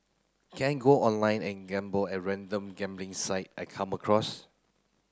can I go online and gamble at any random gambling site I come across